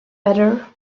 better